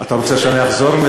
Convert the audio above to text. אתה רוצה שאני אחזור,